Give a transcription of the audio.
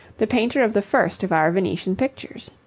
the painter of the first of our venetian pictures.